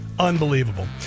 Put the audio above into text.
Unbelievable